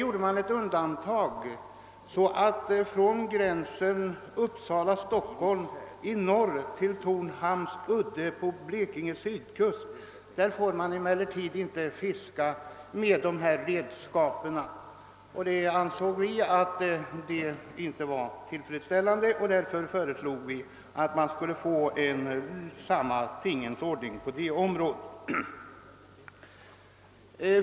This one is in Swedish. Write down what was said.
Emellertid har det undantaget stadgats att fiske med dylika redskap inte får bedrivas på enskilt vatten från gränsen mellan Uppsala och Stockholms län i norr till Torhamns udde på Blekinges sydostkust. Vi ansåg att detta inte var tillfredsställande och föreslog därför att samma rätt till fiske skulle införas även inom detta område.